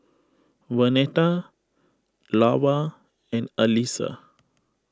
Vernetta Lavar and Allyssa